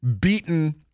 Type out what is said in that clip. beaten